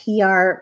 PR